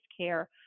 care